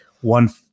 one